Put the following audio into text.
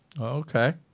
Okay